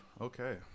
okay